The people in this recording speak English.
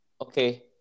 Okay